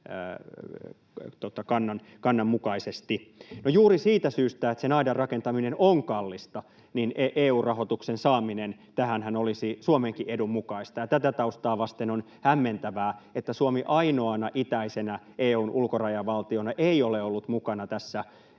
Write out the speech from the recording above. kannan mukaisesti. No, juuri siitä syystä, että sen aidan rakentaminen on kallista, EU-rahoituksen saaminen tähän olisi Suomenkin edun mukaista, ja tätä taustaa vasten on hämmentävää, että Suomi ainoana itäisenä EU:n ulkorajavaltiona ei ole ollut mukana EU:ssa